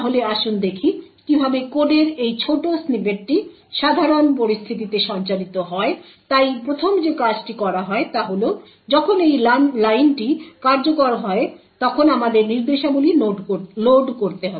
তাহলে আসুন দেখি কিভাবে কোডের এই ছোট স্নিপেটটি সাধারণ পরিস্থিতিতে সঞ্চালিত হয় তাই প্রথম যে কাজটি করা হয় তা হল যখন এই লাইনটি কার্যকর হয় তখন আমাদের নির্দেশাবলী লোড করতে হবে